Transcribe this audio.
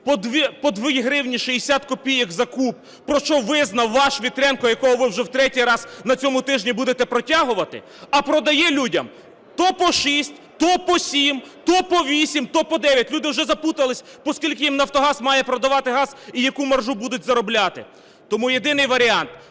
по 2 гривні 60 копійок за куб, про що визнав ваш Вітренко, якого ви вже в третій раз на цьому тижні будете протягувати, а продає людям то по 6, то по 7, то по 8, то по 9. Люди вже заплутались, по скільки їм "Нафтогаз" має продавати газ і яку маржу будуть заробляти. Тому єдиний варіант: